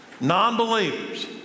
non-believers